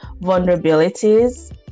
vulnerabilities